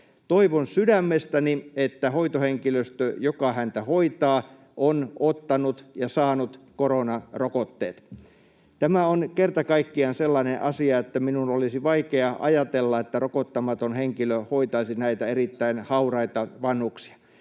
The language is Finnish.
Toivon sydämestäni, että hoitohenkilöstö, joka häntä hoitaa, on ottanut ja saanut koronarokotteet. Tämä on kerta kaikkiaan sellainen asia, että minun olisi vaikea ajatella, että rokottamaton henkilö hoitaisi näitä erittäin hauraita vanhuksia.